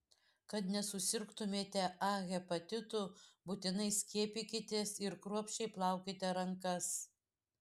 kad nesusirgtumėte a hepatitu būtinai skiepykitės ir kruopščiai plaukite rankas